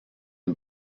une